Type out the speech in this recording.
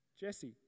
Jesse